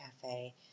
cafe